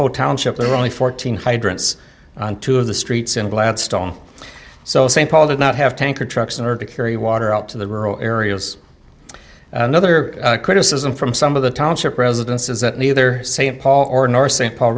whole town shipped the only fourteen hydrants on two of the streets in gladstone so st paul did not have tanker trucks in order to carry water out to the rural areas another criticism from some of the township residents is that neither st paul or nor st paul